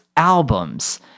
albums